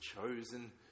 chosen